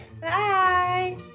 Bye